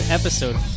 episode